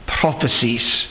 prophecies